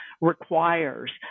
requires